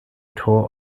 tor